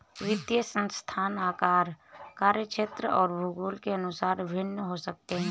वित्तीय संस्थान आकार, कार्यक्षेत्र और भूगोल के अनुसार भिन्न हो सकते हैं